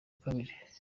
kabiri